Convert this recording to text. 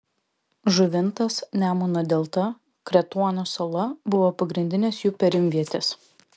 žuvintas nemuno delta kretuono sala buvo pagrindinės jų perimvietės